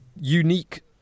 unique